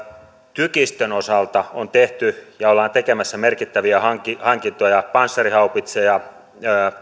tykistön osalta on tehty ja ollaan tekemässä merkittäviä hankintoja hankintoja panssarihaupitseja